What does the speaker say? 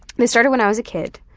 they started when i was a kid.